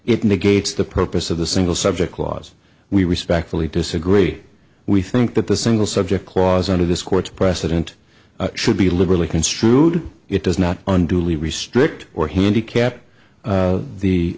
it negates the purpose of the single subject clause we respectfully disagree we think that the single subject clause under this court's precedent should be liberally construed it does not unduly restrict or handicap